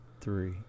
three